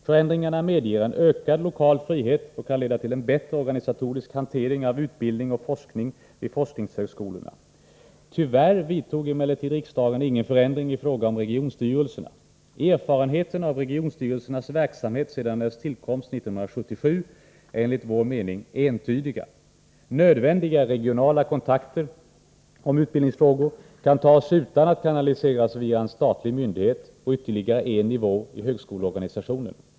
Förändringarna medger en ökad lokal frihet och kan leda till en bättre organisatorisk hantering av utbildning och forskning vid forskningshögskolorna. Tyvärr vidtog emellertid riksdagen ingen förändring i fråga om regionstyrelserna. Erfarenheterna av regionstyrelsernas verksamhet sedan deras tillkomst 1977 är enligt vår mening entydiga. Nödvändiga regionala kontakter om utbildningsfrågor kan tas utan att kanaliseras via en statlig myndighet och ytterligare en nivå i högskoleorganisationen.